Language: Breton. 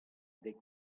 dek